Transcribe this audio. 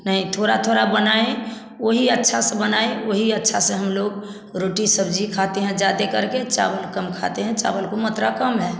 नहीं थोड़ा थोड़ा बनाए वही अच्छा से बनाए वही अच्छा से हम लोग रोटी सब्जी खाते हैं ज्यादा करके चावल कम खाते हैं चावल की मात्रा कम है